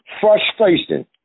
frustration